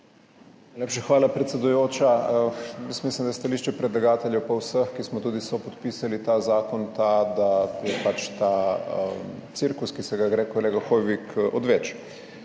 Najlepša hvala, predsedujoča. Jaz mislim, da je stališče predlagateljev pa vseh, ki smo tudi sopodpisali ta zakon, ta, da je pač ta cirkus, ki se ga gre kolega Hoivik, odveč.